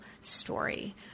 story